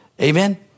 Amen